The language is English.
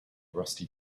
rusty